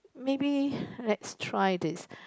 maybe let's try this